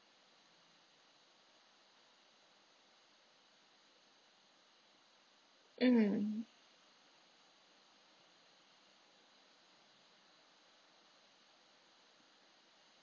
mm